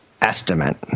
estimate